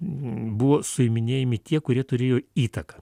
buvo suiminėjami tie kurie turėjo įtaką